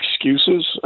excuses